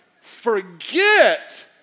Forget